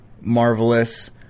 Marvelous